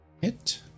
Hit